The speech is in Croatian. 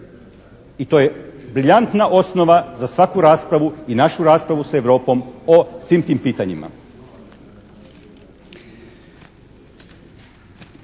i to je briljantna osnova za svaku raspravu i našu raspravu s Europom po svim tim pitanjima.